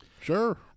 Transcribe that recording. Sure